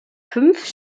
fünf